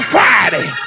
Friday